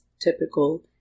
typical